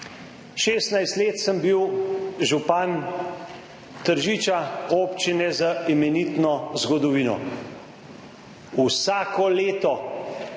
16 let sem bil župan Tržiča, občine z imenitno zgodovino. Vsako leto